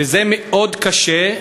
וזה מאוד קשה.